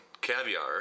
Caviar